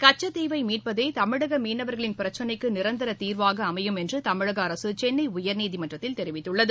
கச்சத்தீவை மீட்பதே தமிழக மீனவர்களின் பிரச்சினைக்கு நிரந்தர தீர்வாக அமையும் என தமிழக அரசு சென்னை உயர்நீதிமன்றத்தில் தெரிவித்துள்ளது